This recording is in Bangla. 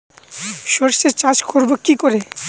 সর্ষে চাষ করব কি করে?